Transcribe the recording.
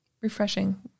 refreshing